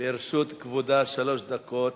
לרשות כבודה שלוש דקות.